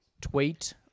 tweet